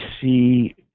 see